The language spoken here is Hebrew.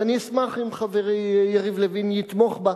ואני אשמח אם חברי יריב לוין יתמוך בה,